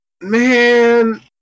man